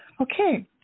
Okay